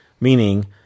meaning